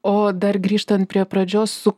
o dar grįžtant prie pradžios su